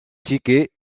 tickets